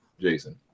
jason